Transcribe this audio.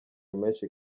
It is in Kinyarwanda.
menshi